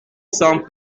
sans